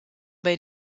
bei